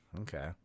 Okay